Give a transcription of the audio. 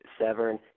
Severn